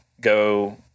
go